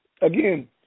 Again